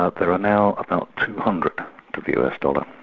ah there are now about two hundred to the us dollar,